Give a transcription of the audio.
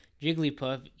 Jigglypuff